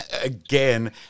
again